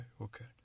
okay